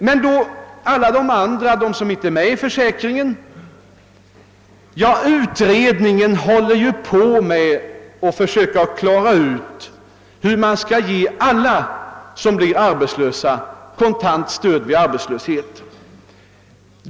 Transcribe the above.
Men alla de övriga människorna då, de som inte är med i försäkringen? Ja, men utredningen håller ju på med att försöka klara ut hur alla, som blir arbetslösa, skall kunna erhålla kontant stöd vid arbetslöshet.